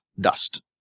dust